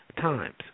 times